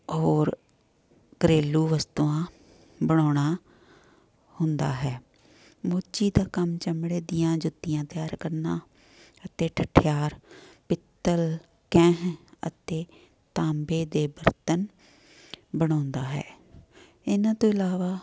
ਹੋਰ ਘਰੇਲੂ ਵਸਤੂਆਂ ਬਣਾਉਣਾ ਹੁੰਦਾ ਹੈ ਮੋਚੀ ਦਾ ਕੰਮ ਚਮੜੇ ਦੀਆਂ ਜੁੱਤੀਆਂ ਤਿਆਰ ਕਰਨਾ ਅਤੇ ਠਠਿਆਰ ਪਿੱਤਲ ਕੈਂਹ ਅਤੇ ਤਾਂਬੇ ਦੇ ਬਰਤਨ ਬਣਾਉਂਦਾ ਹੈ ਇਹਨਾਂ ਤੋਂ ਇਲਾਵਾ